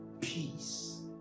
peace